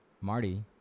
Marty